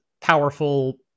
powerful